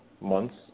months